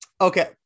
okay